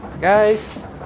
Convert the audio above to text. Guys